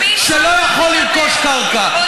שלא יכול לרכוש קרקע,